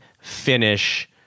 finish